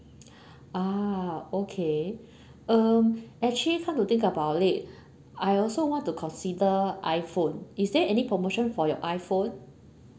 ah okay um actually come to think about it I also want to consider iphone is there any promotion for your iphone